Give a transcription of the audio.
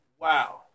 Wow